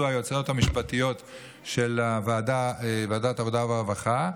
היועצות המשפטיות של ועדת העבודה והרווחה,